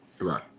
Right